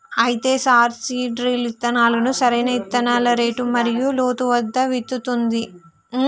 అయితే sir seed drill ఇత్తనాలను సరైన ఇత్తనాల రేటు మరియు లోతు వద్ద విత్తుతుంది